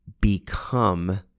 become